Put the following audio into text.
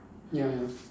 ya ya